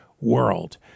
world